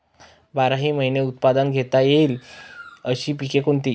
बाराही महिने उत्पादन घेता येईल अशी पिके कोणती?